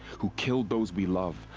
who killed those we love.